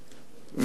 ונכון,